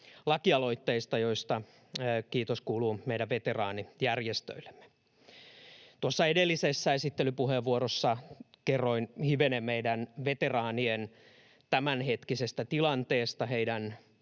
lakialoitteista, joista kiitos kuuluu meidän veteraanijärjestöillemme. Tuossa edellisessä esittelypuheenvuorossa kerroin hivenen meidän veteraaniemme tämänhetkisestä tilanteesta ja